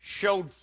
showed